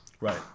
Right